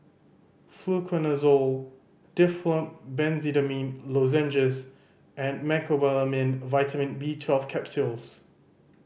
Fluconazole Difflam Benzydamine Lozenges and Mecobalamin Vitamin B Twelve Capsules